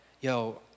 Yo